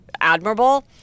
admirable –